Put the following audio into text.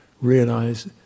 realize